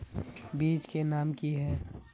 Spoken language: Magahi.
बीज के नाम की है?